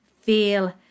feel